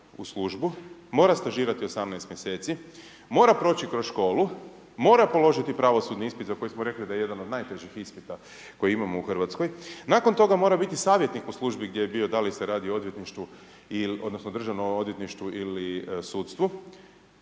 u službu, mora stažirati 18 mjeseci, mora proći kroz školu, mora položiti pravosudni ispit za koji smo rekli da je jedan od najtežih ispita koje imamo u RH, nakon toga mora biti savjetnik u službi gdje bio, da li se radi o odvjetništvu